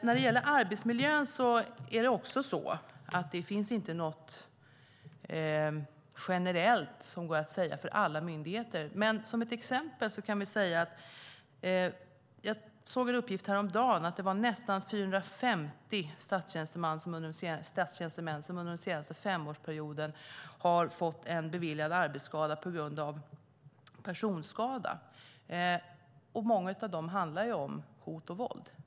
När det gäller arbetsmiljön finns det inget generellt att säga för alla myndigheter, men låt mig nämna ett exempel. Jag såg häromdagen en uppgift om att det var nästan 450 statstjänstemän som under den senaste femårsperioden fått en beviljad arbetsskada på grund av personskada. Många av dessa skador handlar om hot och våld.